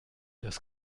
das